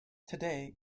today